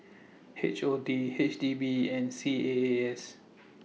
H O T H D B and C A A S